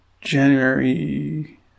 january